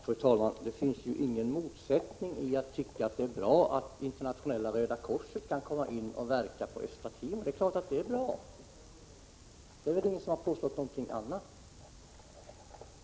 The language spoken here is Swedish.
Fru talman! Det ligger ingen motsättning i att tycka att det är bra att Internationella röda korset kan komma in och verka på Östra Timor. Det är klart att det är bra, ingen har påstått någonting annat.